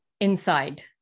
inside